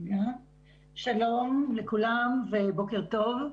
שלום לכולם ובוקר טוב.